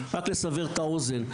רק לסבר את האוזן,